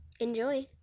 Enjoy